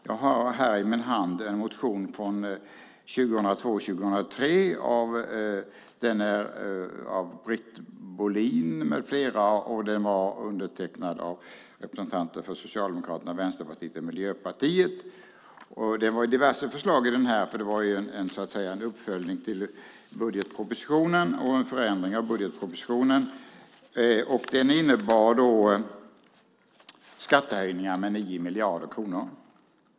Jag har här i min hand en motion från 2002/03 av Britt Bohlin med flera som är undertecknad av representanter för Socialdemokraterna, Vänsterpartiet och Miljöpartiet. Den innehöll diverse förslag, för det var en uppföljning och förändring av budgetpropositionen. Den innebar skattehöjningar med 9 miljarder kronor.